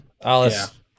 Alice